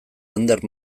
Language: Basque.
ander